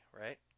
right